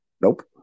Nope